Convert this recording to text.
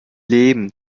lebend